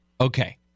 Okay